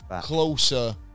closer